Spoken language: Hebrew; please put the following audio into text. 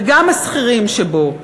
וגם השכירים שבו,